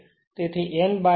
8 n તેથી n by 0